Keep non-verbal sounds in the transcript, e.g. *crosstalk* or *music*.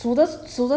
*noise*